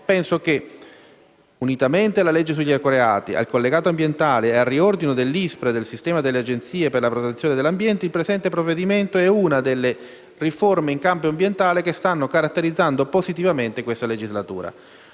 penso che, unitamente alla legge sugli ecoreati, al collegato ambientale e al riordino dell'ISPRA e del sistema delle agenzie per la protezione dell'ambiente, il presente provvedimento sia una delle riforme in campo ambientale che stanno caratterizzando positivamente questa legislatura.